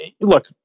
look